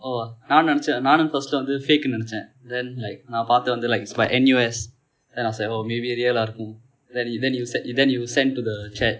oh நானும் நினைத்தேன் நானும்:naanum ninaiththeen naanum first வந்து:vandthu fake நினைத்தேன்:ninaiththeen then like நான் பார்த்தேன் வந்து:naan paarththeen vandthu like is by N_U_S then I was like oh maybe real இருக்கும்:irukkum then you then you se~ then you sent to the chat